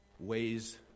Ways